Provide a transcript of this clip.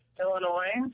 Illinois